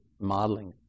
modeling